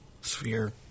Sphere